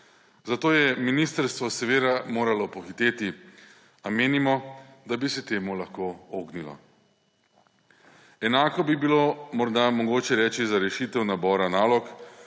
zato je ministrstvo seveda moralo pohiteti. A menimo, da bi se temu lahko ognilo. Enako bi bilo morda mogoče reči za rešitev nabora nalog,